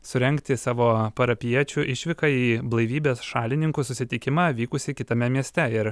surengti savo parapijiečių išvyką į blaivybės šalininkų susitikimą vykusį kitame mieste ir